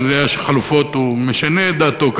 שאני יודע שחליפות הוא משנה את דעתו,